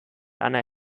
anna